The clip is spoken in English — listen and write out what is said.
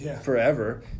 forever